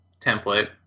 template